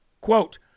Quote